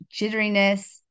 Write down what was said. jitteriness